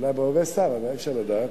אולי שר, אי-אפשר לדעת,